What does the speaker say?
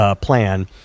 plan